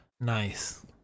Nice